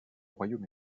royaume